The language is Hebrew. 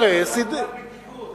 יידרס, אז למה צריך חגורת בטיחות?